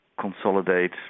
consolidate